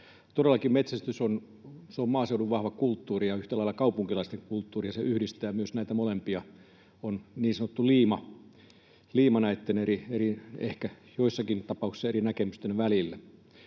Todellakin metsästys on maaseudun vahvaa kulttuuria ja yhtä lailla kaupunkilaisten kulttuuria, ja se yhdistää myös näitä molempia, on niin sanottu liima näitten ehkä joissakin tapauksissa erilaisten näkemysten välillä.